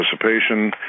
participation